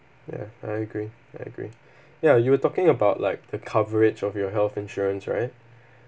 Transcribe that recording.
ya I agree I agree ya you were talking about like the coverage of your health insurance right